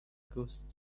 ghost